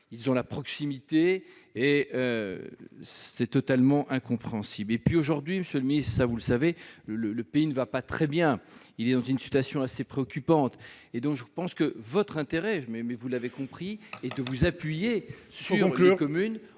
et la proximité. C'est totalement incompréhensible. Aujourd'hui, monsieur le ministre, vous le savez, le pays ne va pas très bien, il est dans une situation assez préoccupante. Votre intérêt, vous l'avez compris, c'est de vous appuyer sur les communes